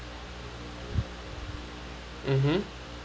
mmhmm